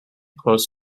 close